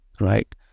right